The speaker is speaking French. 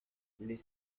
les